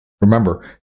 Remember